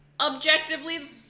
objectively